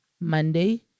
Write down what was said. Monday